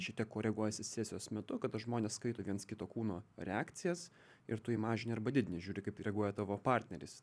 šiek tiek koreguojasi sesijos metu kada žmonės skaito viens kito kūno reakcijas ir tu jį mažini arba didini žiūri kaip reaguoja tavo partneris